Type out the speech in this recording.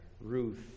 Ruth